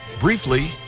briefly